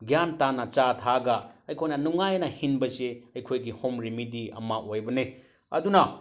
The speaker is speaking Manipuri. ꯒ꯭ꯌꯥꯟ ꯇꯥꯅ ꯆꯥ ꯊꯛꯑꯒ ꯑꯩꯈꯣꯏꯅ ꯅꯨꯡꯉꯥꯏꯅ ꯍꯤꯡꯕꯁꯦ ꯑꯩꯈꯣꯏꯒꯤ ꯍꯣꯝ ꯔꯤꯃꯦꯗꯤ ꯑꯃ ꯑꯣꯏꯕꯅꯦ ꯑꯗꯨꯅ